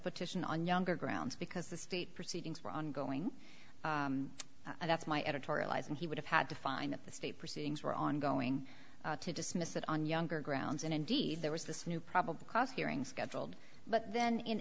petition on younger grounds because the state proceedings were ongoing and that's my editorializing he would have had to find the state proceedings were ongoing to dismiss it on younger grounds and indeed there was this new probable cause hearing scheduled but then in